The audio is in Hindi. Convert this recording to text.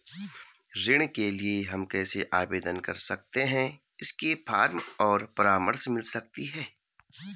ऋण के लिए हम कैसे आवेदन कर सकते हैं इसके फॉर्म और परामर्श मिल सकती है?